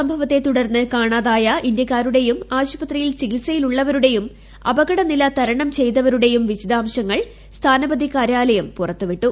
സംഭവത്തെ തുടർന്ന് കാണാതായ ഇന്ത്യാക്കാരുടെയും ആശുപത്രിയിൽ ചികിൽസയിലുള്ളവരുടെയും അപകടനില തരണം ചെയ്തവരുടെയും വിശദാംശങ്ങൾ സ്ഥാനപതി കാര്യാലയം പുറത്തുവിട്ടു